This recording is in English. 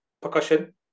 percussion